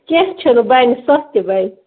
کیٚنٛہہ چھُنہٕ بَنہِ سَتھ تہِ بَنہِ